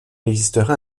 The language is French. existerait